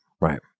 Right